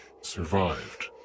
survived